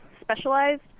specialized